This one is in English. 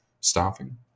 staffing